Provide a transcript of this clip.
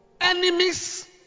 Enemies